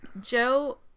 Joe